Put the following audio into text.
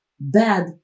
bad